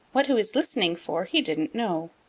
what he was listening for he didn't know.